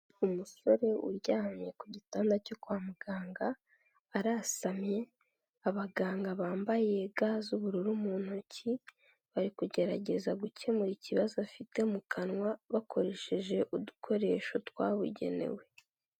Umusore uryamye ku gitanda cyo kwa muganga arasamye abaganga bambaye ga z'ubururu mu ntoki bari kugerageza gukemura ikibazo afite mu kanwa bakoresheje udukoresho twabugenewe.